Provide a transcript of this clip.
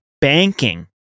banking